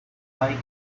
like